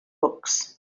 books